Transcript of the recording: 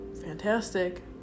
fantastic